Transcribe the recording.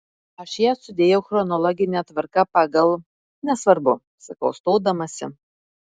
aš jas sudėjau chronologine tvarka pagal nesvarbu sakau stodamasi